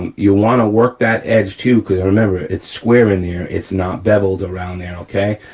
you wanna work that edge too because remember it's square in there, it's not beveled around there, okay.